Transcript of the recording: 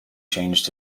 changed